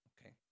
Okay